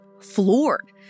floored